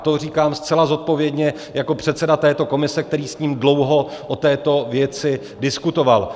To říkám zcela zodpovědně jako předseda této komise, který s ním dlouho o této věci diskutoval.